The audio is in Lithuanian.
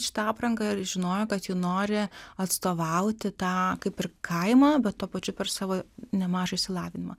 šitą aprangą ir žinojo kad ji nori atstovauti tą kaip ir kaimą bet tuo pačiu per savo nemažą išsilavinimą